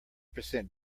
percent